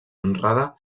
honrada